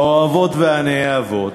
האוהבות והנאהבות,